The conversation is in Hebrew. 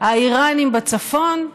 האיראנים בצפון,